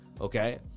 okay